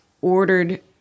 ordered